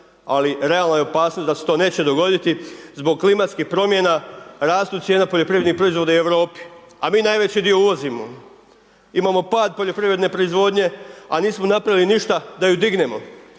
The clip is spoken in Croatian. ali realna je opasnost da se to neće dogoditi, zbog klimatskih promjena, rastu cijene poljoprivrednih proizvoda u Europi a mi najveći dio uvozimo. Imamo pad poljoprivredne proizvodnje a nismo napravili ništa da ju dignemo